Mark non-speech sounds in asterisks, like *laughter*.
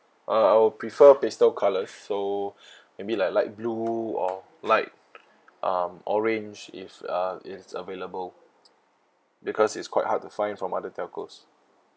uh I'll prefer pastel colour so *breath* maybe like light blue or light um orange is uh is available because it's quite hard to find from other telcos